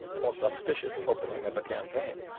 most auspicious opening of a campaign.